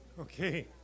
Okay